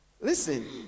Listen